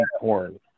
corn